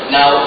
Now